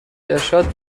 ارشاد